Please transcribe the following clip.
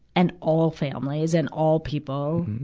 and all families, and all people,